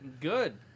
Good